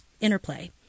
interplay